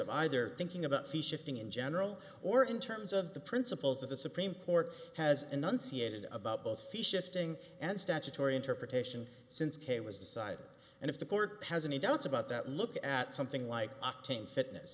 of either thinking about fishing in general or in terms of the principles of the supreme court has enunciated about both fish shifting and statutory interpretation since k was decided and if the court has any doubts about that look at something like octane fitness